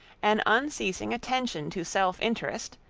an unceasing attention to self-interest,